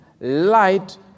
light